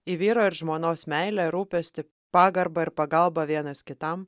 į vyro ir žmonos meilę rūpestį pagarbą ir pagalbą vienas kitam